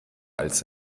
als